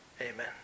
Amen